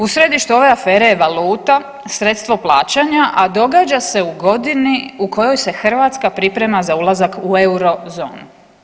U središtu ove afere je valuta sredstvo plaćanja, a događa se u godini u kojoj se Hrvatska priprema za ulazak u eurozonu.